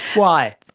why?